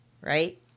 Right